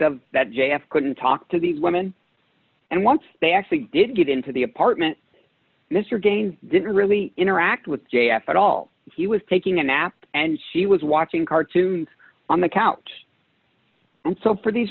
of that j f couldn't talk to these women and once they actually did get into the apartment mr again didn't really interact with j f at all he was taking a nap and she was watching cartoons on the couch and so for these